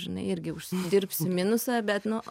žinai irgi užsidirbsi minusą bet nu